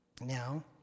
now